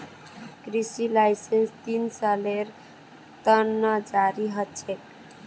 कृषि लाइसेंस तीन सालेर त न जारी ह छेक